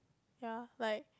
ya like